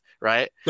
right